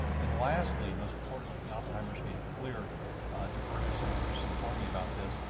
and lastly and most importantly, the oppenheimers made it clear to bruce, and bruce informed me about this,